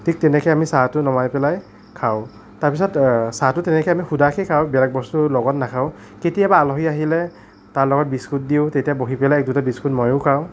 ঠিক তেনেকৈ আমি চাহটো নমাই পেলাই খাওঁ তাৰ পিছত চাহটো তেনেকৈ আমি শুদাকৈ খাওঁ বেলেগ বস্তু লগত নাখাওঁ কেতিয়াবা আলহি আহিলে তাৰ লগত বিস্কুট দিওঁ তেতিয়া বহি পেলাই গোটেই বিস্কুট ময়ো খাওঁ